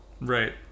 right